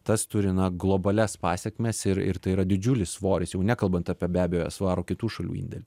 tas turi na globalias pasekmes ir ir tai yra didžiulis svoris jau nekalbant apie be abejo svarų kitų šalių indėlį